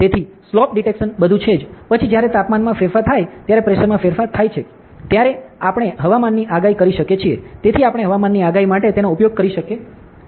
તેથી slope detection બધું છે પછી જ્યારે તાપમાનમાં ફેરફાર થાય ત્યારે પ્રેશરમાં ફેરફાર થાય છે ત્યારે આપણે હવામાનની આગાહી કરી શકીએ છીએ તેથી આપણે હવામાનની આગાહી માટે તેનો ઉપયોગ કરી શકીએ છીએ